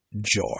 joy